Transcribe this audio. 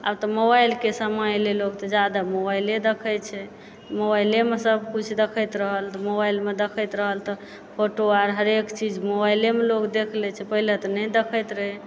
आब तऽ मोबइलके समय एलै जादे लोग मोबाइले देखै छै मोबाइलेमे सब किछु देखैत रहल मोबाइलमे देखैत रहल तऽ फोटो आर हरेक चीज मोबाइलेमे लोग देख लै छै पहिले तऽ नहि देखैत रहै